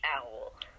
Owl